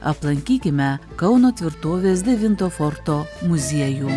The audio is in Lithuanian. aplankykime kauno tvirtovės devinto forto muziejų